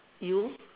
you